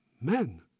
men